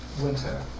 winter